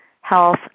Health